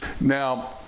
Now